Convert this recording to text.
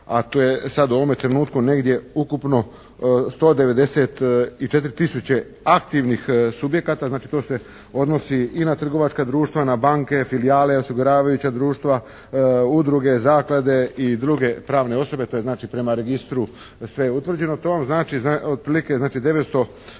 a to je sad u ovome trenutku negdje ukupno 194 tisuće aktivnih subjekata, znači to se odnosi i na trgovačka društva, na banke, filijale, osiguravajuća društva, udruge, zaklade i druge pravne osobe, to je znači prema registru sve utvrđeno. To vam znači otprilike znači